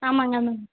ஆமாங்க ஆமாங்க